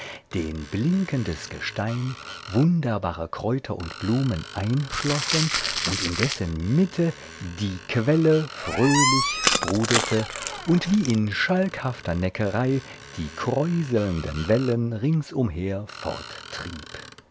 den blinkendes gestein wunderbare kräuter und blumen einschlossen und in dessen mitte die quelle fröhlich sprudelte und wie in schalkhafter neckerei die kräuselnden wellen ringsumher